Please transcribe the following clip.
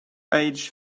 age